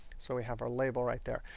so we have our label right there.